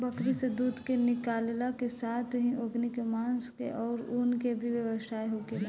बकरी से दूध के निकालला के साथेही ओकनी के मांस के आउर ऊन के भी व्यवसाय होखेला